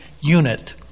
unit